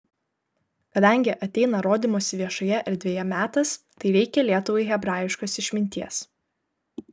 kadangi ateina rodymosi viešoje erdvėje metas tai reikia lietuvai hebrajiškos išminties